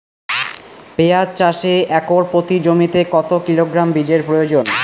পেঁয়াজ চাষে একর প্রতি জমিতে কত কিলোগ্রাম বীজের প্রয়োজন?